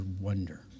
wonder